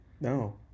No